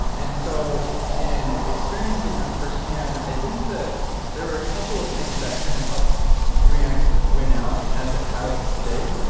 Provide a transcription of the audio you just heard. and so in experiencing that first hand, i think that there are couple of things that kind of helped react win out as it has today.